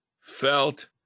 felt